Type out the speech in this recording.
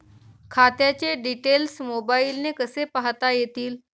खात्याचे डिटेल्स मोबाईलने कसे पाहता येतील?